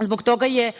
Zbog toga je